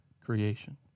creation